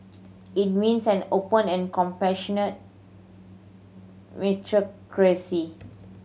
it means an open and compassionate meritocracy